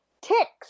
ticks